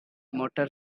motor